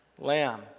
lamb